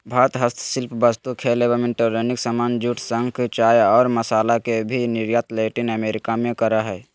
भारत हस्तशिल्प वस्तु, खेल एवं इलेक्ट्रॉनिक सामान, जूट, शंख, चाय और मसाला के भी निर्यात लैटिन अमेरिका मे करअ हय